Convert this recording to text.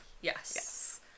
Yes